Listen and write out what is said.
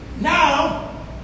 now